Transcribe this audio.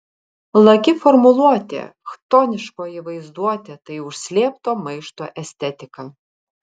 laki formuluotė chtoniškoji vaizduotė tai užslėpto maišto estetika